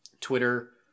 Twitter